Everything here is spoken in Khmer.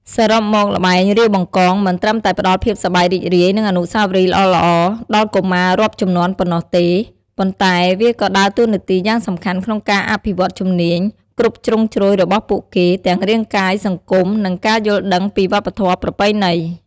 សរុបមក ល្បែង រាវបង្កង មិនត្រឹមតែផ្តល់ភាពសប្បាយរីករាយ និងអនុស្សាវរីយ៍ល្អៗដល់កុមាររាប់ជំនាន់ប៉ុណ្ណោះទេ ប៉ុន្តែវាក៏ដើរតួនាទីយ៉ាងសំខាន់ក្នុងការអភិវឌ្ឍន៍ជំនាញគ្រប់ជ្រុងជ្រោយរបស់ពួកគេ ទាំងរាងកាយ សង្គម និងការយល់ដឹងពីវប្បធម៌ប្រពៃណី។